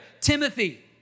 Timothy